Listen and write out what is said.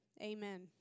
Amen